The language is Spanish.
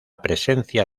presencia